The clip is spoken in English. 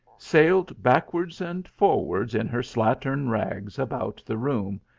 sailed backwards and forwards in her slattern rags about the room,